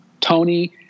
Tony